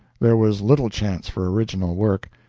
there was little chance for original work.